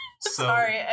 Sorry